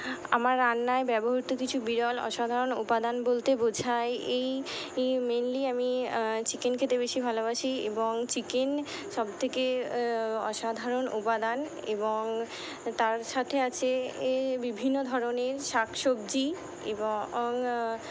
আমার রান্নায় ব্যবহৃত কিছু বিরল অসাধারণ উপাদান বলতে বোঝায় এই মেইনলি আমি চিকেন খেতে বেশি ভালোবাসি এবং চিকেন সবথেকে অসাধারণ উপাদান এবং তার সাথে আছে এ বিভিন্ন ধরনের শাক সবজি এবং